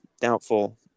Doubtful